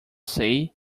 say